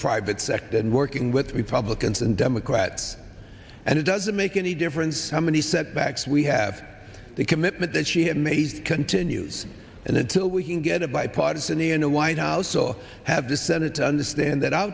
private sector working with republicans and democrats and it doesn't make any difference how many setbacks we have the commitment that she has made continues and until we can get a bipartisan in the white house or have the senate understand that all